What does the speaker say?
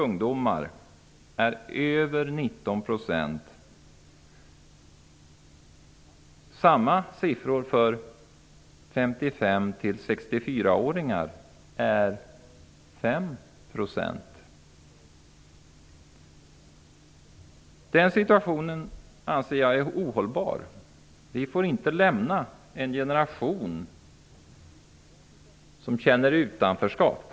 Motsvarande siffra för 55--64-åringar är 5 %. Jag anser att denna situation är ohållbar. Vi får inte lämna efter oss en generation som känner utanförskap.